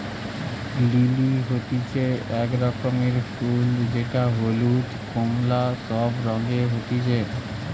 lily হতিছে এক রকমের ফুল যেটা হলুদ, কোমলা সব রঙে হতিছে